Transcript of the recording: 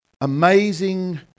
amazing